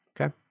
okay